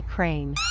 Crane